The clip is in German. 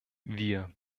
wir